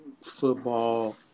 football